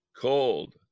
cold